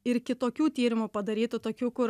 ir kitokių tyrimų padarytų tokių kur